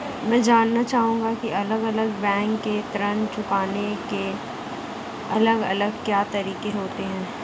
मैं जानना चाहूंगा की अलग अलग बैंक के ऋण चुकाने के अलग अलग क्या तरीके होते हैं?